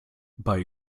bei